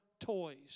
toys